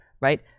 Right